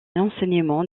enseignement